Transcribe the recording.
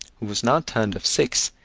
who was now turned of six,